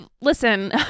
Listen